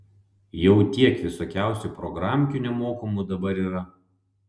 jau tiek visokiausių programkių nemokamų dabar yra